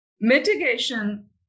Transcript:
Mitigation